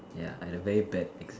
ya I had a very bad ex